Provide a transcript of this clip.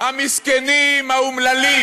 המסכנים האומללים.